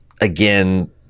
again –